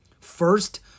First